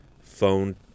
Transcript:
phone